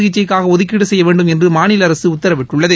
சிகிச்சைக்காக ஒதுக்கீடு செய்ய வேண்டும் என்று மாநில அரசு உத்தரவிட்டுள்ளது